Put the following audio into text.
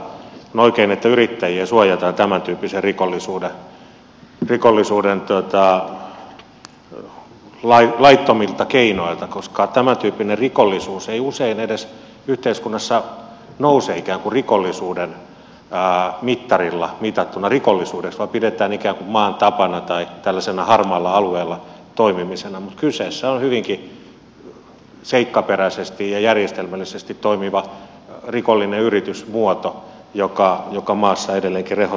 on oikein että yrittäjiä suojataan tämäntyyppisen rikollisuuden laittomilta keinoilta koska tämäntyyppinen rikollisuus ei usein yhteiskunnassa edes nouse ikään kuin rikollisuuden mittarilla mitattuna rikollisuudeksi vaan sitä pidetään ikään kuin maan tapana tai tällaisena harmaalla alueella toimimisena mutta kyseessä on hyvinkin seikkaperäisesti ja järjestelmällisesti toimiva rikollinen yritysmuoto joka maassa edelleenkin rehottaa